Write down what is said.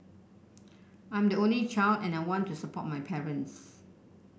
I am the only child and I want to support my parents